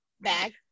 Bag